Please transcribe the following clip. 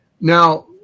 Now